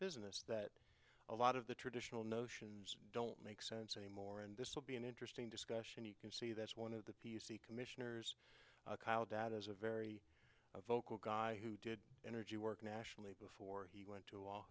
business that a lot of the traditional notions don't make sense anymore and this will be an interesting discussion you can see that's one of the commissioners dad is a very vocal guy who did energy work nationally before he went